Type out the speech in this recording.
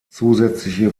zusätzliche